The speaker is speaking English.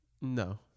No